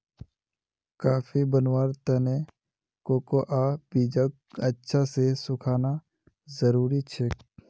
coffee बनव्वार त न कोकोआ बीजक अच्छा स सुखना जरूरी छेक